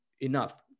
enough